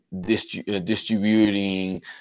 distributing